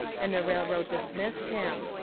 and the railroad dis missed him.